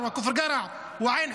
תודה.